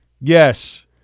Yes